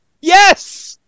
Yes